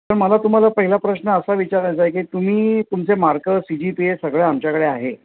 तर मला तुम्हाला पहिला प्रश्न असा विचारायचा आहे की तुम्ही तुमचे mark C G P A सगळं आमच्याकडे आहे